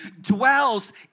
dwells